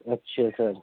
اچھا سر